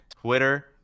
Twitter